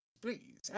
please